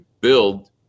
build